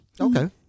Okay